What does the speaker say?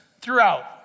Throughout